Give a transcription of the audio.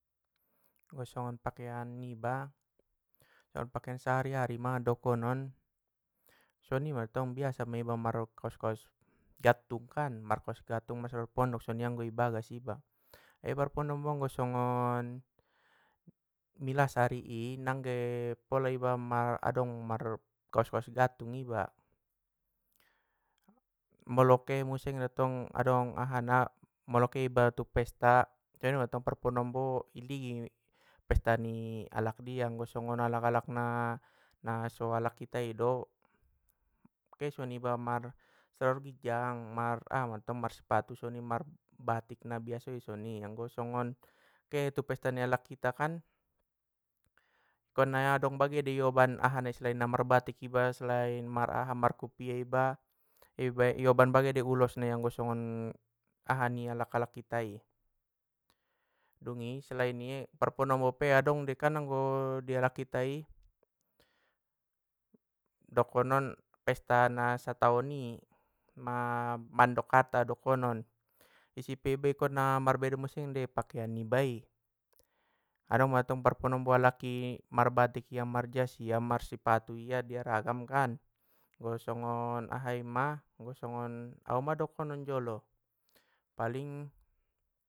Anggo songon pakean ni iba dot pakean sehari hari ma dokonon, songoni mantong biasa mei iba mar kaos kaos gattung kan! Marsalaor pondok anggo i baggas iba, te manombo ango songon milas ari i nangge pola iba mar adong mar kaos kaos gattung iba, molo ke muse mettong adong aha na ke iba u pesta kemattong manombo i ligi pesta ni alak dia, anggo sogon alak alak na so alak ita i do, ke songoni iba mar salaor gitjang mar aha mantong ma sipatu mar batik na biasoi anggo sonon ke tu pesta ni alak ita kan kon na dong bagen dei i oban selain na marbatik iba selain markupiah iba i oban bage dei ulos ni anggo songon aha ni alak alak ita i, dungi selaian i parmanombo pe adong di kan anggo di alak ita i dokonon pesta na sataon i mandok hata dokonon i si pe iba angkon na marbeda muse dei pakean ni ibai, adong mantong manombo alak i marr batik ia marjas ia mar sipatu ia diaraggamkan, anggo songon ahai ma- anggo songon, auma dokonon jolo paling.